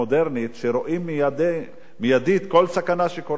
שרואים מיידית כל סכנה שקורית בעולם,